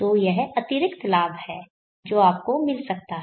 तो यह अतिरिक्त लाभ है जो आपको मिल सकता है